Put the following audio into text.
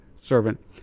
servant